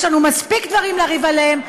יש לנו מספיק דברים לריב עליהם,